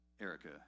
Erica